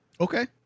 okay